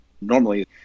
normally